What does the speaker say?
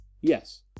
Yes